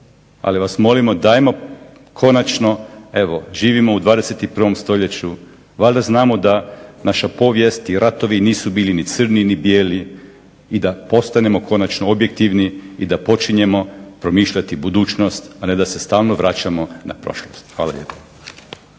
ali vas molimo dajmo konačno evo živimo u 21. stoljeću, valjda znamo da naša povijest i ratovi nisu bili ni crni ni bijeli i da postanemo konačno objektivni i da počinjemo promišljati budućnost, a ne da se stalno vraćamo na prošlost. Hvala lijepo.